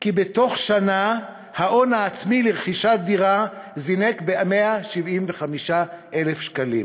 כי בתוך שנה ההון העצמי לרכישת דירה זינק ב-175,000 שקלים,